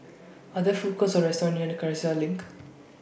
Are There Food Courts Or restaurants near Cassia LINK